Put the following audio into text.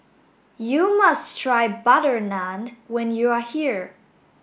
you must try butter naan when you are here